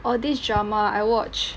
orh this drama I watch